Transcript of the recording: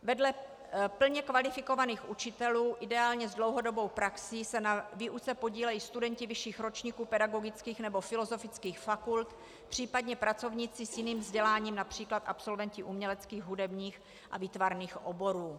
Vedle plně kvalifikovaných učitelů ideálně s dlouhodobou praxí se na výuce podílejí studenti vyšších ročníků pedagogických nebo filozofických fakult, případně pracovníci s jiným vzděláním, například absolventi uměleckých, hudebních a výtvarných oborů.